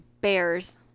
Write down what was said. bears